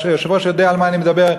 והיושב-ראש יודע על מה אני מדבר.